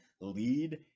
lead